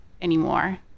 anymore